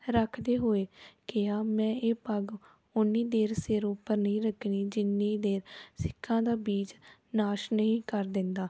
ਰੱਖਦੇ ਹੋਏ ਕਿਹਾ ਮੈਂ ਇਹ ਪੱਗ ਓਨੀ ਦੇਰ ਸਿਰ ਉੱਪਰ ਨਹੀਂ ਰੱਖਣੀ ਜਿੰਨੀ ਦੇਰ ਸਿੱਖਾਂ ਦਾ ਬੀਜ ਨਾਸ਼ ਨਹੀਂ ਕਰ ਦਿੰਦਾ